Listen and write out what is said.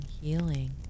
healing